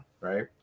right